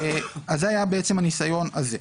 זה היה בעצם הניסיון הזה.